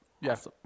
Yes